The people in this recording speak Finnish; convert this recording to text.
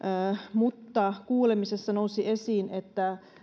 mutta kuulemisessa nousi esiin että